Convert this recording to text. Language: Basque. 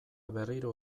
berriro